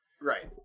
Right